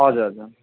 हजुर हजुर